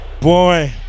Boy